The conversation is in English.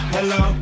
Hello